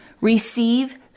receive